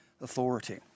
authority